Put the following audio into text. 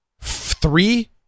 three